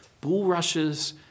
Bulrushes